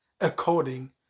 according